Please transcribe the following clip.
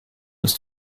ist